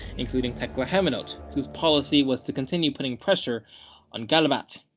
including tekle haimanot, whose policy was to continue putting pressure on gallabat.